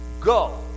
Go